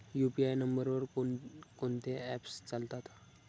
UPI नंबरवर कोण कोणते ऍप्स चालतात?